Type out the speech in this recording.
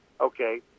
Okay